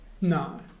no